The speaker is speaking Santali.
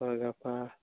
ᱦᱳᱭ ᱜᱟᱯᱟ